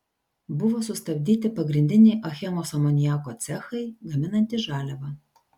buvo sustabdyti pagrindiniai achemos amoniako cechai gaminantys žaliavą